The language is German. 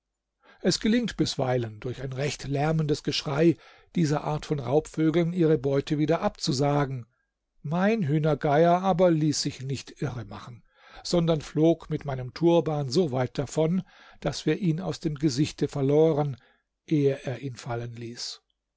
es gelingt bisweilen durch ein recht lärmendes geschrei dieser art von raubvögeln ihre beute wieder abzusagen mein hühnergeier aber ließ sich nicht irre machen sondern flog mit meinem turban so weit davon daß wir ihn aus dem gesichte verloren ehe er ihn fallen ließ